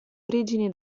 origini